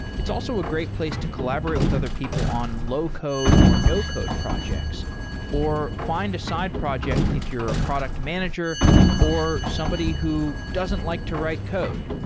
it's also a great place to collaborate with other people on low code or no code projects or find a side project if you're a product manager or somebody who doesn't like to write code.